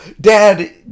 dad